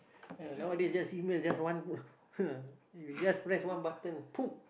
ah nowadays just email just one just press one button